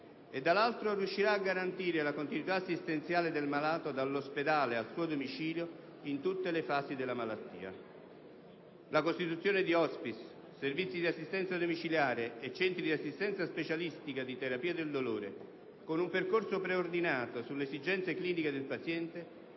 dall'altra, riuscirà a garantire la continuità assistenziale del malato dall'ospedale al suo domicilio in tutte le fasi della malattia. La costituzione di *hospice*, servizi di assistenza domiciliare e centri di assistenza specialistica di terapia del dolore, con un percorso preordinato sulle esigenze cliniche del paziente,